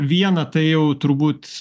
viena tai jau turbūt